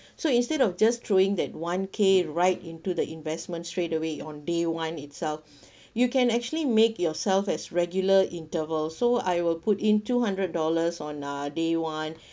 so instead of just throwing that one K right into the investment straight away on day one itself you can actually make yourself as regular interval so I will put in two hundred dollars on uh day one